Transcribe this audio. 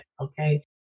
okay